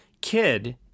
kid